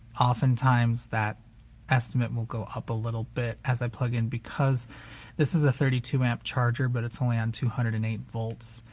often times that estimate will go up a little bit as i plug in because this is a thirty two amp charger but it's only on two hundred and eight volts.